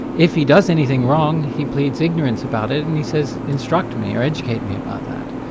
if he does anything wrong, he pleads ignorance about it, and he says, instruct me, or educate me about that.